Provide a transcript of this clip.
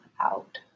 out